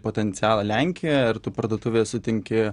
potencialą lenkijoje ir tu parduotuvėje sutinki